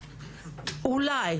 אולי,